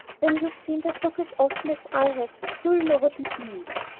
when you've seen that look as often as i have you'll know what it means.